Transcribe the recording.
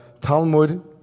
Talmud